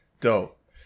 dope